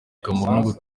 akamaro